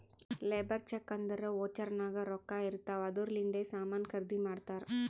labour cheque ಅಂದುರ್ voucher ನಾಗ್ ರೊಕ್ಕಾ ಇರ್ತಾವ್ ಅದೂರ್ಲಿಂದೆ ಸಾಮಾನ್ ಖರ್ದಿ ಮಾಡ್ತಾರ್